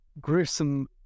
gruesome